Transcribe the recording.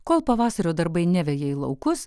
kol pavasario darbai neveja į laukus